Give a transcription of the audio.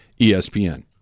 ESPN